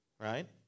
right